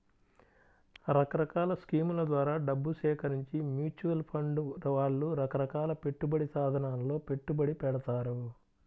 రకరకాల స్కీముల ద్వారా డబ్బు సేకరించి మ్యూచువల్ ఫండ్ వాళ్ళు రకరకాల పెట్టుబడి సాధనాలలో పెట్టుబడి పెడతారు